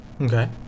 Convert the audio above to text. Okay